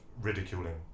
ridiculing